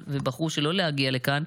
קודם כול אני רוצה, אבי, ברשותכם, לפרגן.